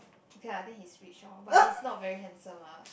okay lah I think he's rich lor but he's not very handsome lah